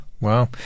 Wow